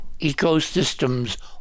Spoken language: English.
ecosystems